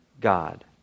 God